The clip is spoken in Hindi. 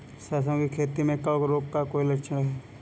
सरसों की खेती में कवक रोग का कोई लक्षण है?